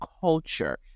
culture